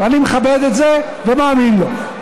ואני מכבד את זה ומאמין לו.